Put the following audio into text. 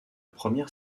première